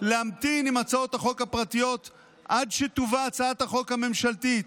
להמתין עם הצעות החוק הפרטיות עד שתובא הצעת החוק הממשלתית,